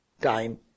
time